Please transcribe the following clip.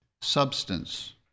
Substance